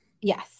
Yes